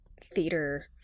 theater